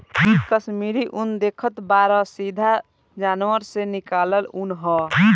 इ कश्मीरी उन देखतऽ बाड़ऽ सीधा जानवर से निकालल ऊँन ह